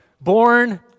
Born